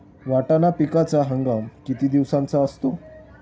वाटाणा पिकाचा हंगाम किती दिवसांचा असतो?